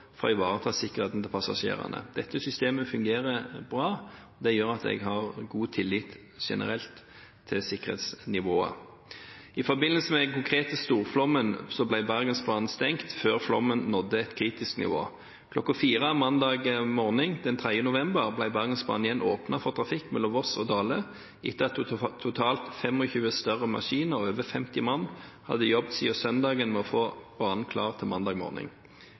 for å ivareta sikkerheten til passasjerene. Dette systemet fungerer bra, og det gjør at jeg har god tillit generelt til sikkerhetsnivået. I forbindelse med den konkrete storflommen ble Bergensbanen stengt før flommen nådde et kritisk nivå. Klokken 04.00 mandag morgen den 3. november ble Bergensbanen igjen åpnet for trafikk mellom Voss og Dale, etter at totalt 25 større maskiner og over 50 mann hadde jobbet siden søndagen med å få banen klar til mandag